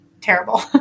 terrible